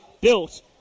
built